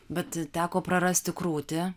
bet teko prarasti krūtį